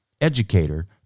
educator